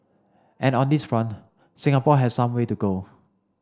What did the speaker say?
and on this front Singapore has some way to go